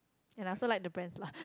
and I also like the brands lah